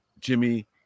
Jimmy